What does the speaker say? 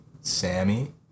Sammy